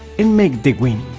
and make the wing.